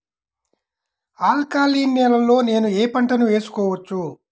Alkaline నేలలో నేనూ ఏ పంటను వేసుకోవచ్చు?